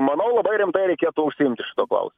manau labai rimtai reikėtų užsiimti šituo klausimu